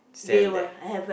sell there